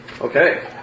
Okay